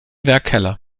werkkeller